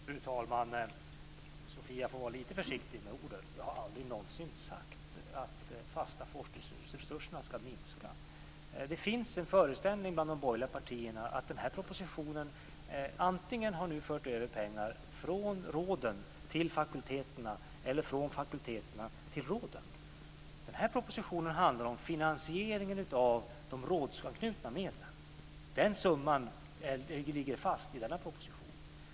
Fru talman! Sofia Jonsson får vara lite försiktig med orden. Jag har aldrig någonsin sagt att de fasta forskningsresurserna ska minska. Det finns en föreställning bland de borgerliga partierna om att den här propositionen nu antingen har fört över pengar från råden till fakulteterna eller från fakulteterna till råden. Den här propositionen handlar om finansieringen av de rådsanknutna medlen. Den summan ligger fast i denna proposition.